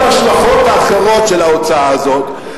ואיפה כל ההשלכות האחרות של ההוצאה הזאת?